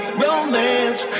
romance